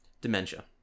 dementia